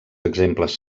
exemples